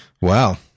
Wow